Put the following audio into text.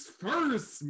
first